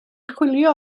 chwilio